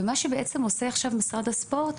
ומה שבעצם עושה עכשיו משרד הספורט,